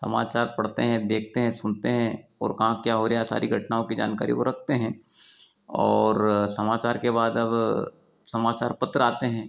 समाचार पढ़ते हैं देखते हैं सुनते हैं ओर कहाँ क्या हो रहा सारी घटनाओं की जानकारी वह रखते हैं और समाचार के बाद अब समाचार पत्र आते हैं